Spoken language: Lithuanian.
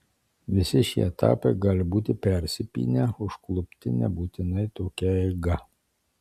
visi šie etapai gali būti persipynę užklupti nebūtinai tokia eiga